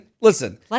Listen